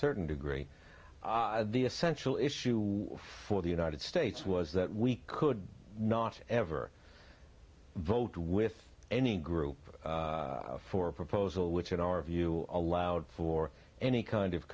certain degree the essential issue for the united states was that we could not ever vote with any group for proposal which in our view or allowed for any kind of